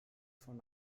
von